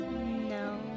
No